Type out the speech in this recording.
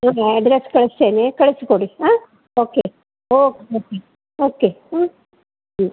ನಾನು ಅಡ್ರೆಸ್ ಕಳಿಸ್ತೇನೆ ಕಳಿಸ್ಕೊಡಿ ಹಾಂ ಓಕೆ ಹೋಗಿ ಬರ್ತೀನಿ ಓಕೆ ಹ್ಞೂ ಹ್ಞೂ